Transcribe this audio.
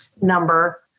number